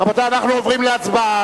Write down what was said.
רבותי, אנחנו עוברים להצבעה.